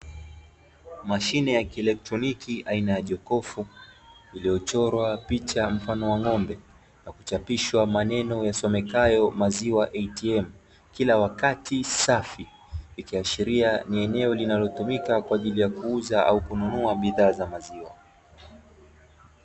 Mashine ya kielektroniki aina ya jokofu iliyochorwa picha mfano wa ng'ombe, na kuchapishwa maneno yasomekayo maziwa "ATM" kila wakati safi, ikiashiria ni eneo linalotumika kwa ajili ya kuuza au kununua bidhaa za maziwa.